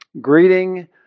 Greeting